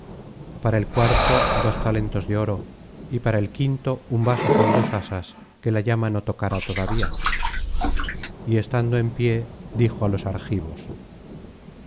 para el cuarto dos talentos de oro y para el quinto un vaso con dos asas que la llama no tocara todavía y estando en pie dijo á los argivos